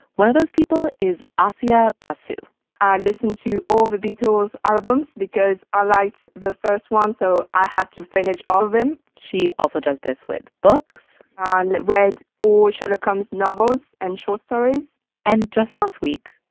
one of those people is acia brasu i listened to all the beatles' albums because i liked the first one, so i had to finish all of them she also does this with books and read all sherlock holmes novels and short stories and just last week,